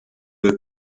the